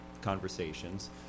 conversations